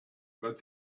but